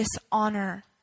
dishonor